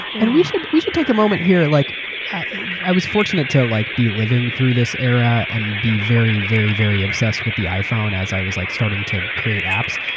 and we should we should take a moment here. like i i was fortunate to like be living through this era and be very, very very obsessed with the iphone as i was like starting to create apps.